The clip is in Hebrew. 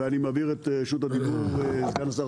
אני מעביר את רשות הדיבור סגן השר,